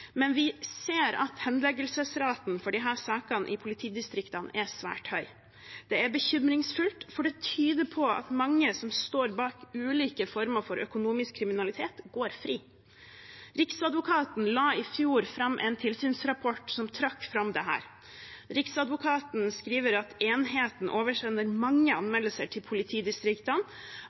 men vi ser at henleggelsesraten for disse sakene i politidistriktene er svært høy. Det er bekymringsfullt, for det tyder på at mange som står bak ulike former for økonomisk kriminalitet, går fri. Riksadvokaten la i fjor fram en tilsynsrapport som trakk fram dette. Riksadvokaten skriver at enheten oversender mange anmeldelser til politidistriktene,